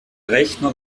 rechner